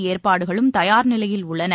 ஏற்பாடுகளும் தயார்நிலையில் உள்ளன